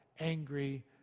angry